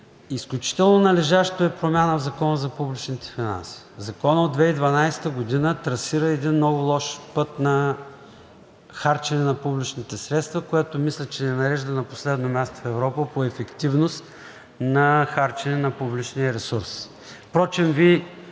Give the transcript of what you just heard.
изключително належаща е промяна в Закона за публичните финанси. Законът от 2012 г. трасира един много лош път на харчене на публичните средства, което мисля, че ни нарежда на последно място в Европа по ефективност на харчене на публичния ресурс.